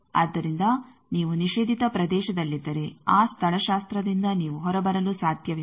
ಆದ್ದರಿಂದ ನೀವು ನಿಷೇಧಿತ ಪ್ರದೇಶದಲ್ಲಿದ್ದರೆ ಆ ಸ್ಥಳಶಾಸ್ತ್ರದಿಂದ ನೀವು ಹೊರಬರಲು ಸಾಧ್ಯವಿಲ್ಲ